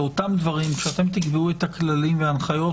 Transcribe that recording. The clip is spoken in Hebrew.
כשאתם תקבעו את הכללים וההנחיות,